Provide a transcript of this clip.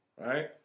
right